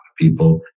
people